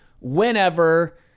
whenever